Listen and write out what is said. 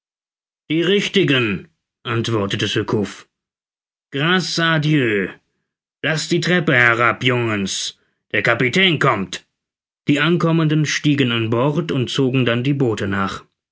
die richtigen antwortete surcouf grce dieu laßt die treppe herab jungens der kapitän kommt die ankommenden stiegen an bord und zogen dann die boote nach